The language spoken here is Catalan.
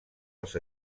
els